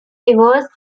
divorced